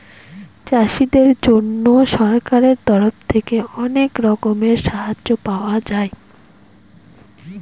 চাষীদের জন্য সরকারের তরফ থেকে অনেক রকমের সাহায্য পায়